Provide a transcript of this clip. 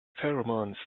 pheromones